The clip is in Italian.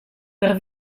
per